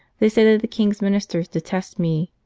they say that the king s ministers detest me.